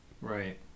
right